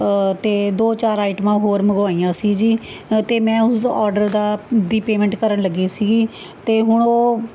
ਅਤੇ ਦੋ ਚਾਰ ਆਈਟਮਾਂ ਹੋਰ ਮੰਗਵਾਈਆਂ ਸੀ ਜੀ ਅਤੇ ਮੈਂ ਉਸ ਔਡਰ ਦਾ ਦੀ ਪੇਮੈਂਟ ਕਰਨ ਲੱਗੀ ਸੀਗੀ ਅਤੇ ਹੁਣ ਉਹ